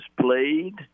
played